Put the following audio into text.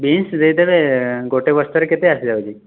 beans ଦେଇଦେବେ ଗୋଟିଏ ବସ୍ତାରେ କେତେ ଆସିଯାଉଛି